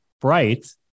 bright